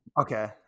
Okay